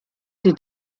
sie